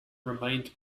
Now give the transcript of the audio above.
remained